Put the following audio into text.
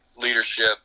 leadership